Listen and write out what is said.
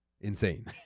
Insane